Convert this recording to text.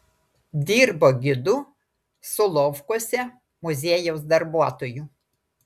dirbo gidu solovkuose muziejaus darbuotoju